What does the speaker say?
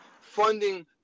funding